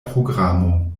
programo